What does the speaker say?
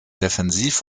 defensiv